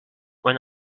when